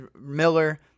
Miller